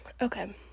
okay